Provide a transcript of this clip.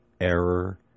error